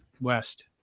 West